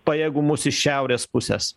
pajėgumus iš šiaurės pusės